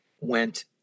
went